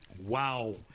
Wow